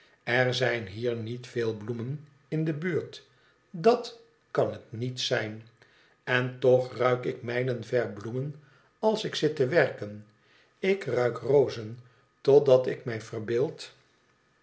er zijn hier niet veel bloemen in de buurt dat kan het niet zijn en toch ruik ik mijlen ver bloemen al ik zit te werken ik ruik rozen totdat ik mij verbeeld